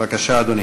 בבקשה, אדוני.